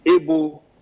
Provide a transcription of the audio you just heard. able